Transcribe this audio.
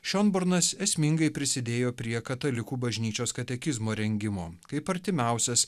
šionbornas esmingai prisidėjo prie katalikų bažnyčios katekizmo rengimo kaip artimiausias